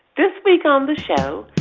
this week on the show,